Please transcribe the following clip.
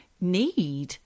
need